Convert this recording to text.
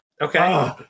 Okay